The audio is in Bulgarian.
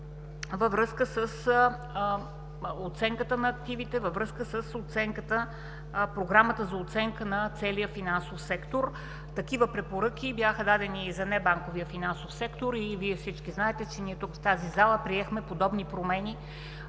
във връзка с оценката на активите, във връзка с Програмата за оценка на целия финансов сектор. Такива препоръки бяха дадени и за небанковия финансов сектор и Вие всички знаете, че ние тук, в тази зала, приехме подобни промени